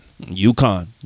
UConn